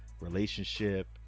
relationship